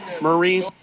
Marine